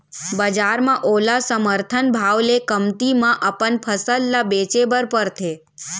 बजार म ओला समरथन भाव ले कमती म अपन फसल ल बेचे बर परथे